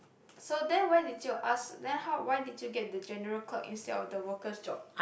so then why did you ask then how why did you get the general job instead of the workers job